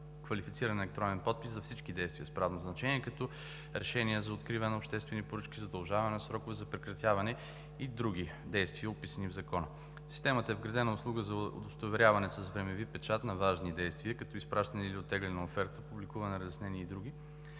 квалифициран електронен подпис за всички действия с правно значение, като решение за откриване на обществени поръчки, за удължаване на срокове, за прекратяване и други действия, описани в Закона. Системата е вградена услуга за удостоверяване с времеви печат на важни действия, като изпращане или оттегляне на оферта, публикуване, разяснение и други.